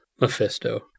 Mephisto